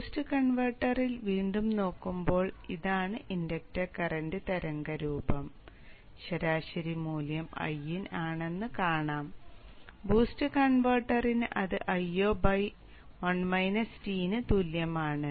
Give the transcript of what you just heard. അതിനാൽ BOOST കൺവെർട്ടറിൽ വീണ്ടും നോക്കുമ്പോൾ ഇതാണ് ഇൻഡക്ടർ കറന്റ് തരംഗരൂപം ശരാശരി മൂല്യം Iin ആണെന്ന് കാണാം BOOST കൺവെർട്ടറിന് അത് Io ന് തുല്യമാണ്